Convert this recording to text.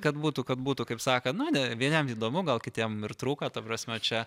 kad būtų kad būtų kaip sako nu vieniem įdomu gal kitiem ir trūko ta prasme čia